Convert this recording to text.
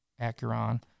acuron